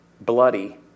bloody